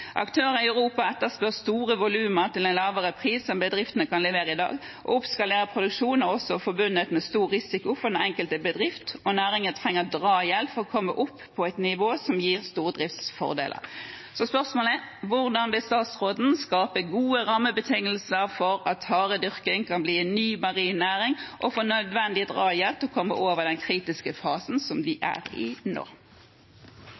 Aktører i Europa etterspør store volumer til en lavere pris enn bedriftene kan levere i dag. Å oppskalere produksjonen er også forbundet med stor risiko for den enkelte bedrift, og næringen trenger drahjelp for å komme opp på et nivå som gir stordriftsfordeler. Så spørsmålet er: Hvordan vil statsråden skape gode rammebetingelser for at taredyrking kan bli en ny marin næring og få nødvendig drahjelp for å komme over den kritiske fasen som